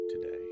today